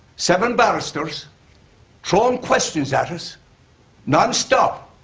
seven barristers throwing questions at us non-stop.